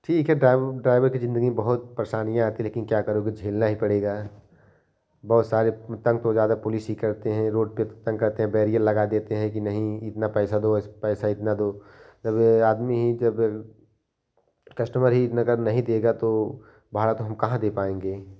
ठीक है drive driver की ज़िन्दगी में बहुत परेशानियाँ आती लेकिन क्या करोगे झेलना ही पड़ेगा बहुत सारे तंग तो ज़्यादा पुलिस ही करते हैं रोड पर तंग करते बैरियर लगा देते हैं कि नहीं इतना पैसा दो ऐसे पैसा इतना दो जब यह आदमी ही जब कस्टमर ही नगद नहीं देगा तो भाड़ा तो हम कहाँ दे पाएँगे